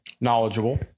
knowledgeable